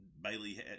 Bailey